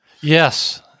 Yes